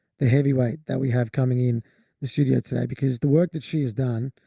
the heavyweight that we have coming in the studio today, because the work that she has done,